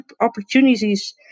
opportunities